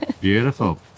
Beautiful